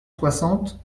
soixante